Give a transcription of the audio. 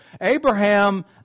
Abraham